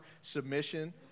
submission